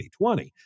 2020